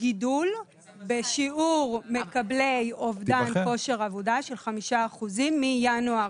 גידול בשיעור מקבלי אובדן כושר עבודה של 5% מינואר,